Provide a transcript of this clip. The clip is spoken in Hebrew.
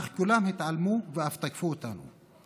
אך כולם התעלמו ואף תקפו אותנו.